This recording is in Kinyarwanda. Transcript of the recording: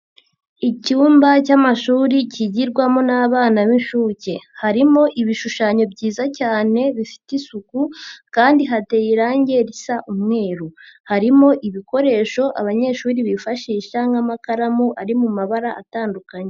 Icyumba cy'amashuri kigirwamo n'abana b'inshuke, harimo ibishushanyo byiza cyane bifite isuku kandi hateye irangi risa umweru, harimo ibikoresho abanyeshuri bifashisha nk'amakaramu ari mu mabara atandukanye.